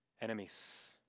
Enemies